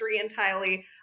entirely